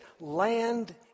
land